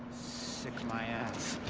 sick my ass.